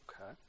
Okay